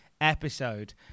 episode